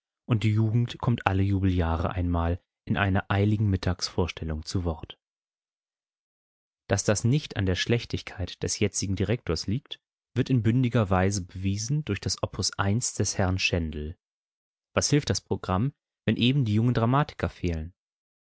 und die jugend kommt alle jubeljahre einmal in einer eiligen mittagsvorstellung zu wort daß das nicht an der schlechtigkeit des jetzigen direktors liegt wird in bündiger weise bewiesen durch das opus i des herrn schendell was hilft das programm wenn eben die jungen dramatiker fehlen